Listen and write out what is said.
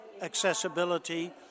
accessibility